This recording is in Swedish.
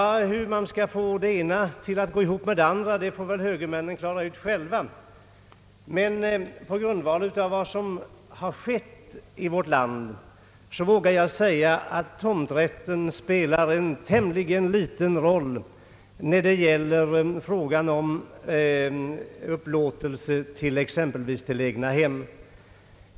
Hur man skall få det ena till att gå ihop med det andra får väl högermännen klara ut själva, men på grundval av vad som skett i vårt land vågar jag säga, att tomträtten spelar en tämligen liten roll när det gäller frågan om upplåtelse av mark till egnahem.